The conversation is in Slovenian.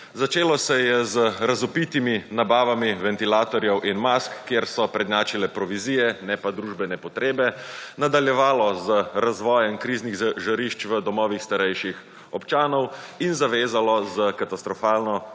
Začelo se je z razvpitimi nabavami ventilatorjev in mask, kjer so prednjačile provizije ne pa družene potrebe, nadaljevalo z razvojem kriznih žarišč v domovih starejših občanov in zavezalo za katastrofalno